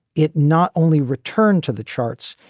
it not only returned to the charts,